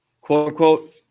quote-unquote